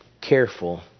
careful